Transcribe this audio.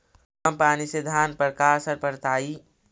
कम पनी से धान पर का असर पड़तायी?